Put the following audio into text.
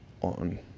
on